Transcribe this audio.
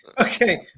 Okay